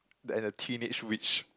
and the teenage witch